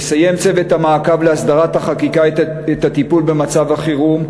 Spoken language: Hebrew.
יסיים צוות המעקב להסדרת החקיקה את הטיפול במצב החירום,